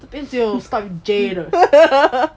这边只有 start with J 的